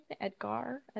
Edgar